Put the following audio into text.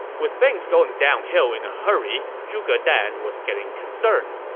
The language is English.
with things going downhill in a hurry, zhuge dan was getting concerned.